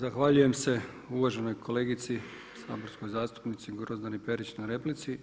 Zahvaljujem se uvaženoj kolegici saborskoj zastupnici Grozdani Perić na replici.